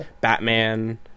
Batman